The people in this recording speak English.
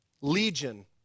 Legion